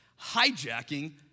hijacking